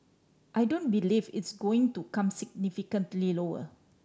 I don't believe it's going to come significantly lower